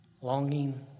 longing